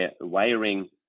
wiring